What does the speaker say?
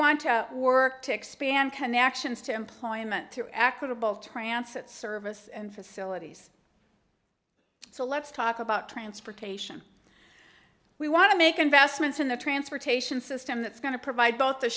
want to work to expand connections to employment to act above transept service and facilities so let's talk about transportation we want to make investments in the transportation system that's going to provide both the